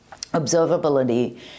observability